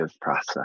process